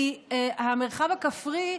כי המרחב הכפרי,